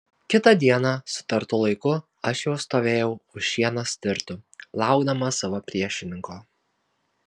kitą dieną sutartu laiku aš jau stovėjau už šieno stirtų laukdamas savo priešininko